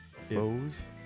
foes